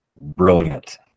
brilliant